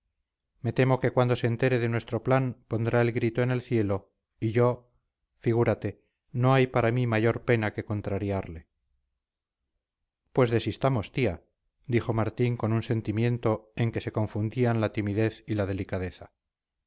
me temo que cuando se entere de nuestro plan pondrá el grito en el cielo y yo figúrate no hay para mí mayor pena que contrariarle pues desistamos tía dijo martín con un sentimiento en que se confundían la timidez y la delicadeza